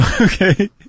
Okay